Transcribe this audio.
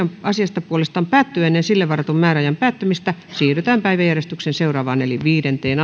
asiasta puolestaan päättyy ennen sille varatun määräajan päättymistä siirrytään päiväjärjestyksen seuraavaan eli viidenteen